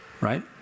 right